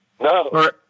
No